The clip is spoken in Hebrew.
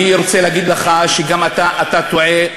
אני רוצה להגיד לך שאתה טועה.